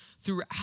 throughout